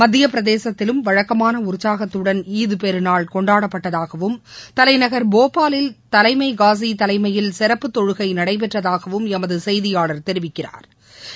மத்திய பிரதேசத்திலும் வழக்கமான உற்சாகத்துடன் ஈத்பெருநாள் கொண்டாடப்பட்டதாகவும் தலைநகள் போபாலில் தலைமை காலி சிறப்பு தொகை நடைபெற்றதாகவும் எமது செய்தியாளா் தெரிவிக்கிறாா்